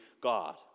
God